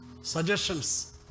Suggestions